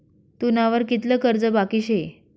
तुना वर कितलं कर्ज बाकी शे